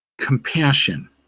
compassion